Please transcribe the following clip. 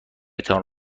تان